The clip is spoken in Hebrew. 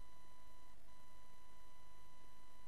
לטווח